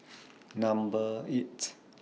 Number eight